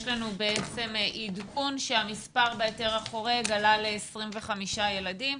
לנו עדכון שהמספר בהיתר החורג ל-25 ילדים.